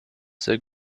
sehr